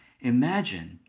Imagine